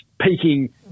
peaking